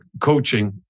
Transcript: coaching